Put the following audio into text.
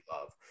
love